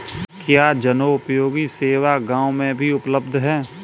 क्या जनोपयोगी सेवा गाँव में भी उपलब्ध है?